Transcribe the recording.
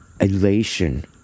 elation